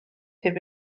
heb